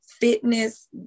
Fitness